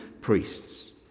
priests